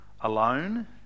alone